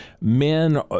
men